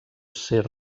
ser